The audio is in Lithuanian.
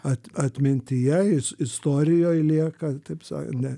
at atmintyje is istorijoj lieka taip sakan ne